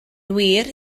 wir